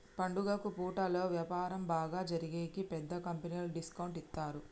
పండుగ పూటలలో వ్యాపారం బాగా జరిగేకి పెద్ద కంపెనీలు డిస్కౌంట్ ఇత్తారు